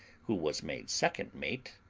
who was made second mate,